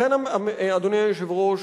לכן, אדוני היושב-ראש,